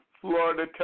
Florida